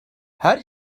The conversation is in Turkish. her